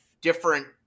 different